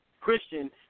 Christian